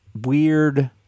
weird